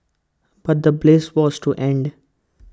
but the bliss was to end